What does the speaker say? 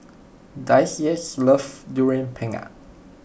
Daisye loves Durian Pengat